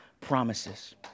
promises